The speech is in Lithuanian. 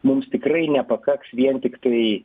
mums tikrai nepakaks vien tiktai